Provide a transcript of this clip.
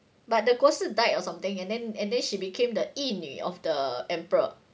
but the 国师 died or something and then and then she became the 义女 of the emperor